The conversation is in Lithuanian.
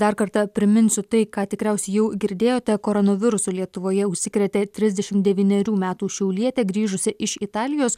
dar kartą priminsiu tai ką tikriausiai jau girdėjote koronavirusu lietuvoje užsikrėtė trisdešimt devynerių metų šiaulietė grįžusi iš italijos